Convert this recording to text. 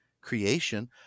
creation